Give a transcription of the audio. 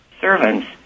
servants